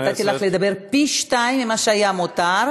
נתתי לך פי-שניים ממה שהיה מותר,